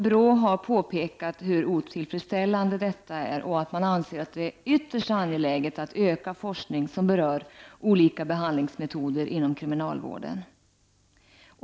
BRÅ har påpekat hur otillfredsställande detta förhållande är, och man anser det ytterst angeläget att öka sådan forskning som berör olika behandlingsmetoder inom kriminalvården.